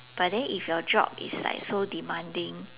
but then if your job is like so demanding